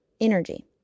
energy